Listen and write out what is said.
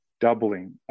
doubling